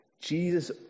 jesus